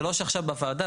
זה לא שעכשיו בוועדה,